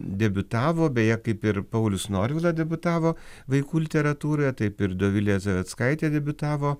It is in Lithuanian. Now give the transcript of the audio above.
debiutavo beje kaip ir paulius norvila debiutavo vaikų literatūroje taip ir dovilė zavedskaitė debiutavo